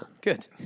Good